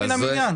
חבר מן המניין.